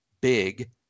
big